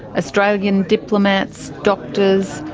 australian diplomats, doctors,